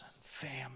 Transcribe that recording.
family